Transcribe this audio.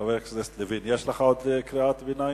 חבר הכנסת לוין, יש לך עוד קריאת ביניים?